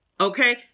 okay